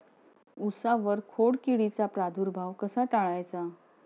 उसावर खोडकिडीचा प्रादुर्भाव कसा टाळायचा?